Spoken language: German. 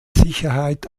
sicherheit